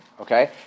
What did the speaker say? Okay